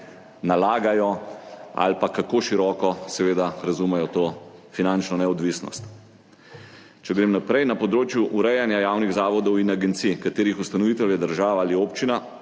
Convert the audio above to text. nalagajo, ali pa kako široko seveda razumejo to finančno neodvisnost. Če grem naprej, na področju urejanja javnih zavodov in agencij, katerih ustanovitelj je država ali občina,